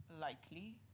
likely